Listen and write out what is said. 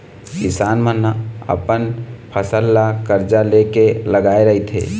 किसान मन अपन फसल ल करजा ले के लगाए रहिथे